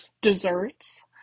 desserts